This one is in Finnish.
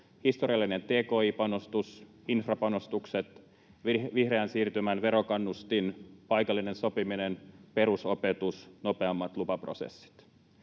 historiallinen tki-panostus, infrapanostukset, vihreän siirtymän verokannustin, paikallinen sopiminen, perusopetus, nopeammat lupaprosessit.